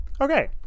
Okay